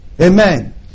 amen